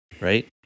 right